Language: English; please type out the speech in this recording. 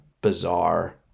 bizarre